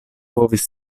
povis